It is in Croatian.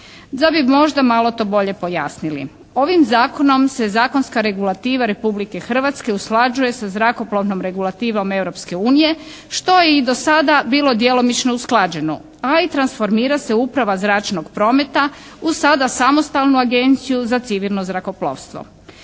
Da bi možda malo to bolje pojasnili ovim zakonom se zakonska regulativa Republike Hrvatske usklađuje sa zrakoplovnom regulativom Europske unije što je i do sada bilo djelomično usklađeno, a i transformira se uprava zračnog prometa u sada samostalnu Agenciju za civilno zrakoplovstvo.